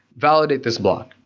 validate this block.